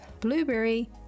blueberry